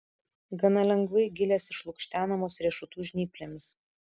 gana lengvai gilės išlukštenamos riešutų žnyplėmis